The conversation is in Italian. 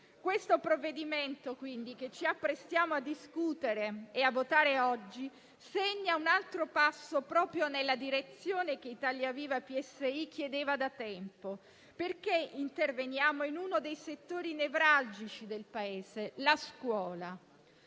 Il provvedimento che ci apprestiamo a discutere e a votare oggi segna quindi un altro passo proprio nella direzione che Italia Viva-PSI chiedeva da tempo. Interveniamo infatti in uno dei settori nevralgici del Paese, la scuola.